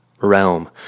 realm